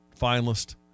finalist